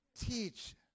teach